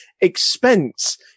expense